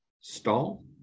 stall